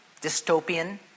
dystopian